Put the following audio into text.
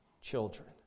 children